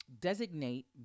designate